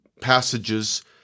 passages